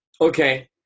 Okay